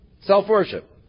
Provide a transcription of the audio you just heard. Self-worship